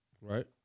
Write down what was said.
Right